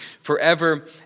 forever